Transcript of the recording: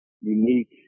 unique